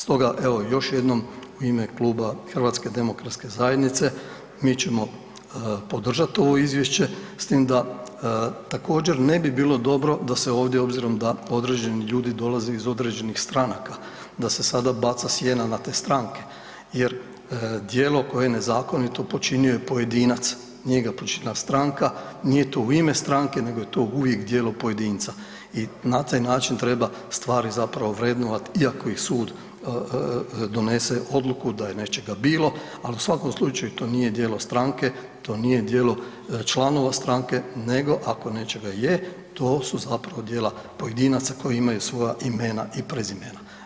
Stoga, evo još jednom u ime Kluba HDZ-a mi ćemo podržati ovo izvješće s tim da također ne bi bilo dobro da se ovdje obzirom da određeni ljudi dolaze iz određenih stranaka, da se sada baca sjena na te stranke jer djelo koje je nezakonito počinio je pojedinac, nije ga počinila stranka, nije to u ime stranke nego je to uvijek to djelo pojedinca i na taj način treba stvari vrednovat i ako ih sud donese odluke da je nečega bilo, ali u svakom slučaju to nije djelo stranke, nije djelo članova stranke nego ako nečega je, to su zapravo djela pojedinaca koja imaju svoja imena i prezimena.